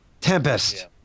Tempest